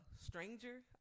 stranger